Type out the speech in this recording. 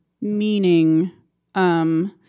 meaning –